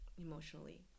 emotionally